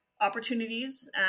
opportunities